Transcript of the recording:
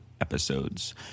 episodes